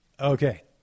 okay